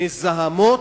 מזהמות,